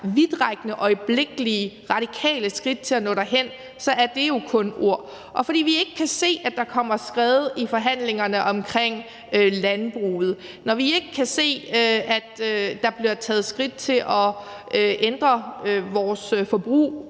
vidtrækkende, radikale og øjeblikkelige skridt til at nå derhen, er det jo kun ord. Når vi ikke kan se, at der kommer skred i forhandlingerne omkring landbruget, og når vi ikke kan se, at der bliver taget skridt til at ændre vores forbrug,